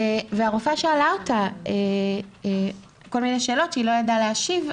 הרופאה שאלה אותה כל מיני שאלות שהיא לא ידעה להשיב,